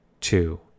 two